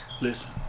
Listen